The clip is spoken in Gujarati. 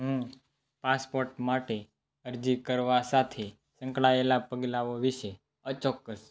હું પાસપોટ માટે અરજી કરવા સાથે સંકળાયેલા પગલાંઓ વિશે અચોક્કસ